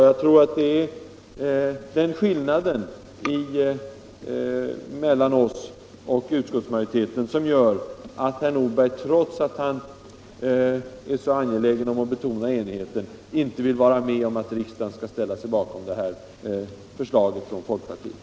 Jag tror att det är den skillnaden mellan oss och utskottsmajoriteten som gör att herr Nordberg, trots att han är så angelägen om att betona enigheten, inte vill vara med om att riksdagen skall ställa sig bakom det här förslaget från folkpartiet.